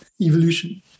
evolution